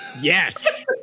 Yes